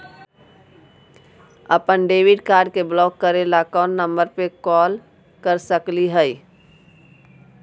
अपन debit card के block करे ला कौन नंबर पे कॉल कर सकली हई?